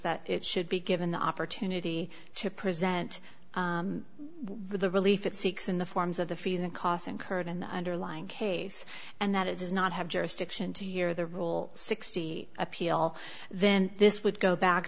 that it should be given the opportunity to present the relief it seeks in the forms of the fees and costs incurred in the underlying case and that it does not have jurisdiction to year the rule sixty dollars appeal then this would go back